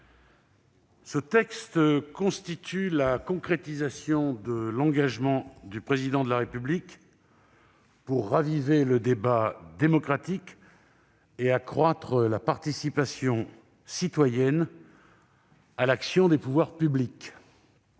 Ce texte constitue la concrétisation de l'engagement du Président de la République de raviver le débat démocratique et d'accroître la participation citoyenne à l'action des pouvoirs publics.